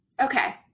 Okay